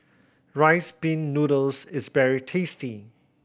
Rice Pin Noodles is very tasty